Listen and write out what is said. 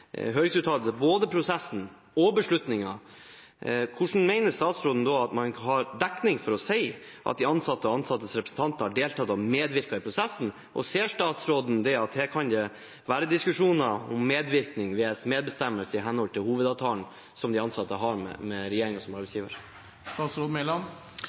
både til prosessen og til beslutningen, hvordan mener statsråden at man har dekning for å si at de ansatte og ansattes representanter har deltatt og medvirket i prosessen? Ser statsråden at det kan være diskusjoner om medvirkning, medbestemmelse, i henhold til Hovedavtalen, som de ansatte har inngått med regjeringen som